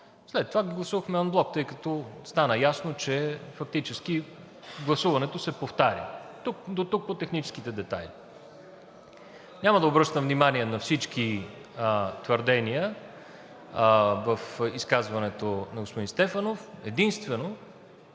след това гласувахме анблок, тъй като стана ясно, че фактически гласуването се повтаря. Дотук по техническите детайли. Няма да обръщам внимание на всички твърдения в изказването на господин Стефанов, единствено